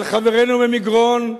על חברינו ממגרון,